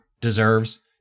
deserves